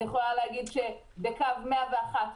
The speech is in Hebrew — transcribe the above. אני יכולה להגיד שבקו 101,